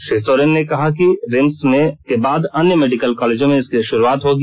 श्री सोरेन ने कहा कि रिम्स के बाद अन्य मेडिकल कॉलेजों में इसकी शुरूआत होगी